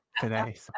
today